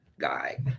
guy